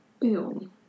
Boom